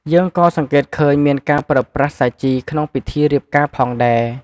យើងក៏សង្កេតឃើញមានការប្រើប្រាស់សាជីក្នុងពិធីរៀបការផងដែរ។